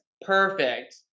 perfect